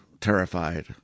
terrified